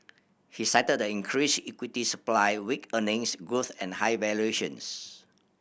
he cited the increased equity supply weak earnings growth and high valuations